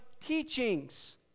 teachings